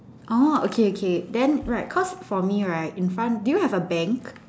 orh okay okay then right cause for me right in front do you have a bank